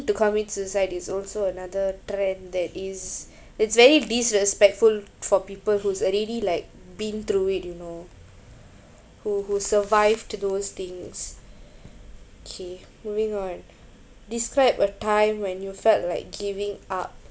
to commit suicide is also another trend that is it's very disrespectful for people who's already like been through it you know who who survive to those things kay moving on describe a time when you felt like giving up